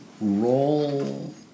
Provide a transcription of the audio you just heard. roll